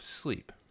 sleep